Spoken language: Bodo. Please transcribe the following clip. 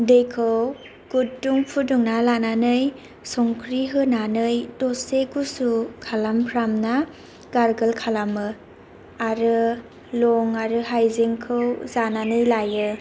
दैखौ गुद दुं फुदुंना लानानै संख्रि होनानै दसे गुसु खालामफ्रामना गारगोल खालामो आरो लं आरो हायजेंखौ जानानै लायो